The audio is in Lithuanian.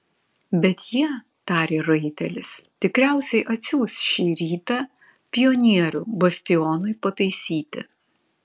bet jie tarė raitelis tikriausiai atsiųs šį rytą pionierių bastionui pataisyti